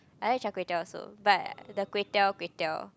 I like Char-Kway-Teow also but the Kway-Teow Kway-Teow